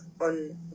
on